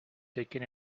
taken